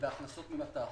בהכנסות ממט"ח.